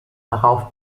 darauf